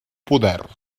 poder